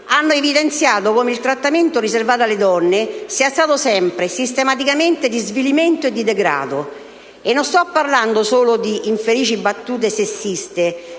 hanno evidenziato che il trattamento riservato alle donne è stato sempre, sistematicamente, di svilimento e di degrado. E non sto parlando solo di infelici battute sessiste,